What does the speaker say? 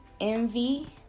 envy